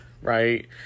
Right